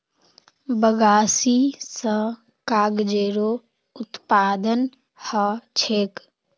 बगासी स कागजेरो उत्पादन ह छेक